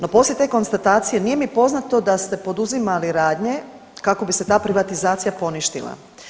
No, poslije te konstatacije nije mi poznato da ste poduzimali radnje kako bi se ta privatizacija poništila.